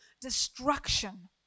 destruction